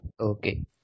Okay